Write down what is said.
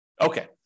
Okay